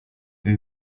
ibi